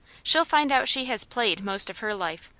she'll find out she has played most of her life,